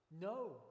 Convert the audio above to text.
No